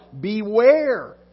Beware